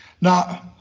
Now